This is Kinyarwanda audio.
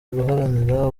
guharanira